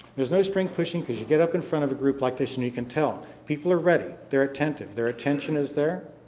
there's no string pushing, because you get up in front of a group like this, and you can tell. people are ready. they're attentive. their attention is there,